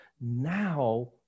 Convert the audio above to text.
now